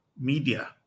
media